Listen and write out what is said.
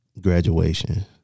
Graduation